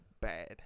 bad